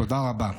תודה רבה.